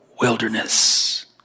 wilderness